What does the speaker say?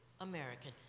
American